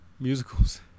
Musicals